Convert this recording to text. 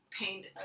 paint